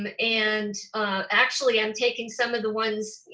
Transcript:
um and actually, i'm taking some of the ones,